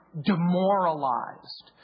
demoralized